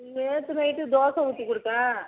நேற்று நைட்டு தோசை ஊற்றி கொடுத்த